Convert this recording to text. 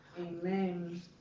Amen